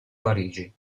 parigi